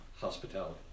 hospitality